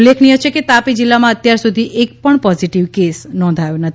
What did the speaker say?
ઉલ્લેખનીય છે તાપી જીલ્લામાં અત્યારસુધી એકપણ પોઝીટીવ કેસ નોંધાયો નથી